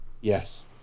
Yes